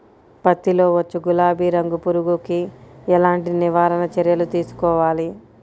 పత్తిలో వచ్చు గులాబీ రంగు పురుగుకి ఎలాంటి నివారణ చర్యలు తీసుకోవాలి?